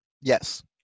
yes